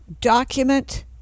document